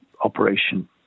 operation